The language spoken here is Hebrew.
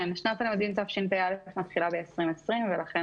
שנת הלימודים תשפ"א מתחילה ב-2020 ולכן